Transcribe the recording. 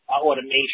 automation